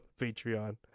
patreon